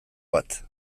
bat